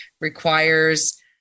requires